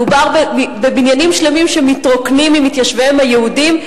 מדובר בבניינים שלמים שמתרוקנים ממתיישביהם היהודים,